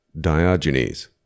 Diogenes